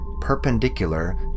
perpendicular